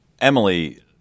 emily